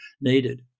needed